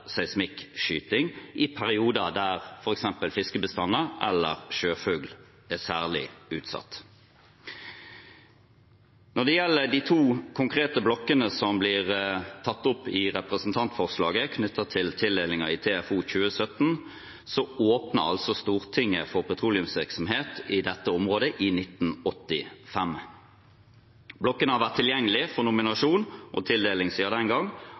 seismikkskyting i perioder der f.eks. fiskebestander eller sjøfugl er særlig utsatt. Når det gjelder de to konkrete blokkene som blir tatt opp i representantforslaget, knyttet til tildelingen i TFO 2017, åpnet Stortinget for petroleumsvirksomhet i dette området i 1985. Blokkene har vært tilgjengelige for nominasjon og tildeling siden den gang,